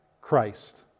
Christ